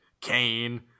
Kane